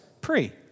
pre